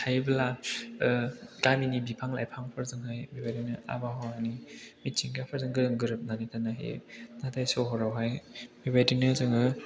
थायोब्ला गामिनि बिफां लाइफांफोरजोंहाय बेबायदिनो आबहावानि मिथिंगाफोरजों गोरोबनानै थानो हायो नाथाय सहरावहाय बेबायदिनो जोङो